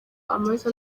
amaze